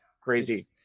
crazy